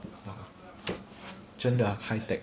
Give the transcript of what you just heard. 真的 high tech